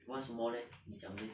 为什么 leh 你讲 leh